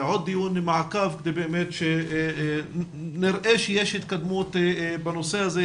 עוד דיון מעקב כדי שנראה שיש התקדמות בנושא הזה,